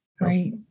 Right